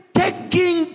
taking